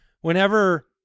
whenever